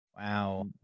Wow